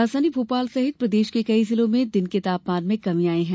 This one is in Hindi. राजधानी भोपाल सहित प्रदेश के कई जिलों में दिन के तापमान में कमी आई है